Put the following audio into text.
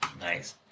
Nice